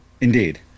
Indeed